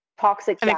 toxic